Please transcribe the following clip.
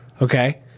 Okay